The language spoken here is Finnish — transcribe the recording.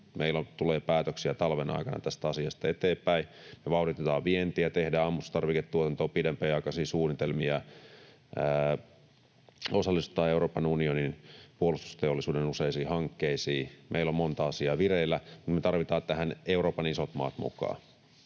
Meillä tulee päätöksiä talven aikana tästä asiasta eteenpäin, ja vauhditetaan vientiä, tehdään ammustarviketuotantoon pidempiaikaisia suunnitelmia, osallistutaan Euroopan unionin puolustusteollisuuden useisiin hankkeisiin. Meillä on monta asiaa vireillä, mutta me tarvitaan tähän Euroopan isot maat mukaan.